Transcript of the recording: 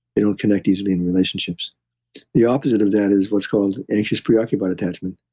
they don't connect easily in relationships the opposite of that is what's called anxious preoccupied attachment.